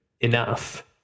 enough